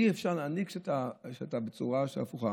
אי-אפשר להנהיג כשאתה בצורה הפוכה.